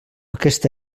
aquesta